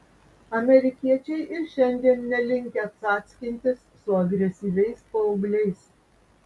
amerikiečiai ir šiandien nelinkę cackintis su agresyviais paaugliais